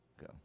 go